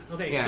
Okay